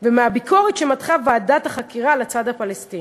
ומהביקורת שמתחה ועדת החקירה על הצד הפלסטיני.